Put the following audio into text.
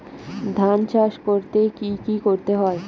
ধান চাষ করতে কি কি করতে হয়?